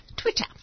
Twitter